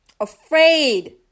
Afraid